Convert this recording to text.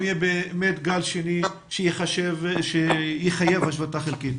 אם יהיה גל שני שיחייב השבתה חלקית.